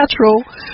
natural